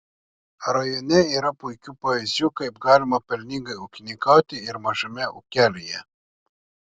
rajone yra puikių pavyzdžių kaip galima pelningai ūkininkauti ir mažame ūkelyje